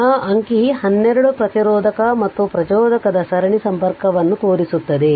ಆದ್ದರಿಂದ ಈ ಅಂಕಿ 12 ಪ್ರತಿರೋಧಕ ಮತ್ತು ಪ್ರಚೋದಕದ ಸರಣಿ ಸಂಪರ್ಕವನ್ನು ತೋರಿಸುತ್ತದೆ